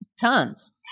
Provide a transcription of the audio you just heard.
Tons